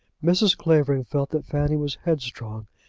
mrs. clavering felt that fanny was headstrong,